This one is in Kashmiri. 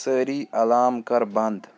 سٲرِی ایٚلارٕم کَر بَنٛد